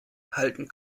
halten